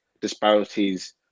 disparities